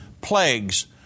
plagues